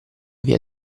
via